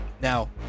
Now